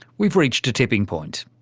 we've reached a tipping point.